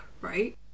right